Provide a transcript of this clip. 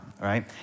right